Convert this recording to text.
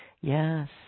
Yes